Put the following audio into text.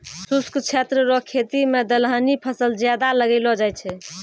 शुष्क क्षेत्र रो खेती मे दलहनी फसल ज्यादा लगैलो जाय छै